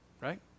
Right